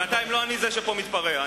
בינתיים לא אני זה שפה מתפרע.